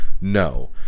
No